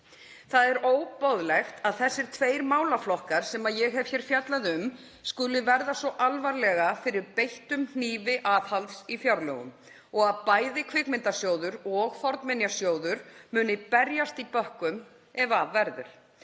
Það er óboðlegt að þessir tveir málaflokkar sem ég hef hér fjallað um skuli verða svo alvarlega fyrir beittum hnífi aðhalds í fjárlögunum og bæði Kvikmyndasjóður og fornminjasjóður muni berjast í bökkum ef af verður.